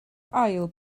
ail